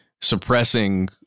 suppressing